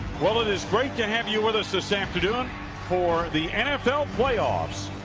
well it is great to have you with us this afternoon for the nfl playoffs.